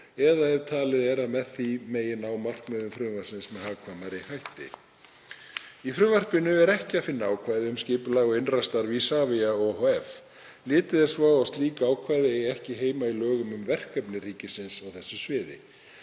eða ef talið er að með því megi ná markmiðum frumvarpsins með hagkvæmari hætti. Í frumvarpinu er ekki að finna ákvæði um skipulag og innra starf Isavia ohf. Litið er svo á að slík ákvæði eigi ekki heima í lögum um verkefni ríkisins á þessu sviði.